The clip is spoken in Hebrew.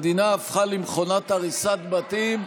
המדינה הפכה למכונת הריסת בתים.